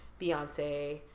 Beyonce